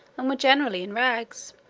and were generally in rags.